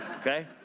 Okay